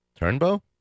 Turnbow